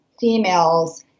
females